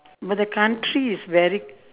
but the country is very